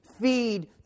feed